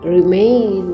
Remain